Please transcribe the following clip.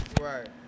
Right